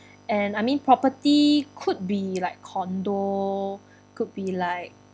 and I mean property could be like condo could be like